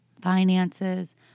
finances